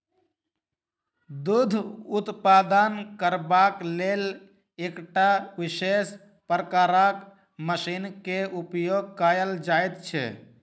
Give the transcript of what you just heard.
दूध उत्पादन करबाक लेल एकटा विशेष प्रकारक मशीन के उपयोग कयल जाइत छै